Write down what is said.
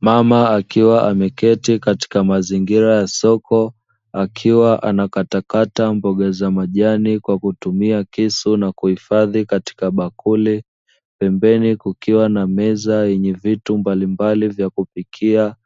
Mama akiwa ameketi katika mazingira ya soko, akiwa anakatakata mboga za majani kwa kutumia kisu na kuhifadhi katika bakuli pembeni kukiwa na meza yenye vitu mbalimbali vya kupikia